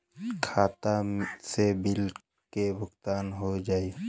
खाता से बिल के भुगतान हो जाई?